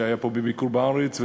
שהיה פה בביקור בארץ,